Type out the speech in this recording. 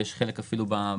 ויש חלק אפילו ברפורמות,